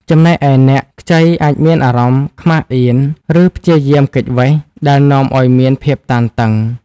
ចំណែកឯអ្នកខ្ចីអាចមានអារម្មណ៍ខ្មាសអៀន ឬព្យាយាមគេចវេះ ដែលនាំឲ្យមានភាពតានតឹង។